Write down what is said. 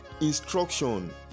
instruction